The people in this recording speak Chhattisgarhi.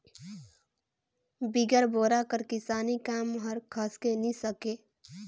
बिगर बोरा कर किसानी काम हर खसके नी सके